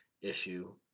issue